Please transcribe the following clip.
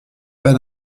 pas